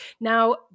Now